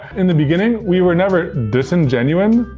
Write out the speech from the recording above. in the beginning, we were never disingenuine.